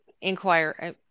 inquire